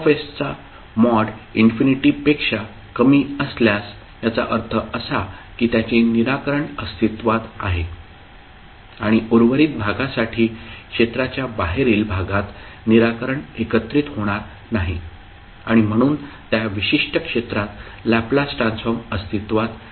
F चा mod इन्फिनिटीपेक्षा कमी असल्यास याचा अर्थ असा की त्याचे निराकरण अस्तित्त्वात आहे आणि उर्वरित भागासाठी क्षेत्राच्या बाहेरील भागात निराकरण एकत्रित होणार नाही आणि म्हणून त्या विशिष्ट क्षेत्रात लॅपलास ट्रान्सफॉर्म अस्तित्त्वात नाही